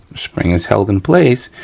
spring is held in place,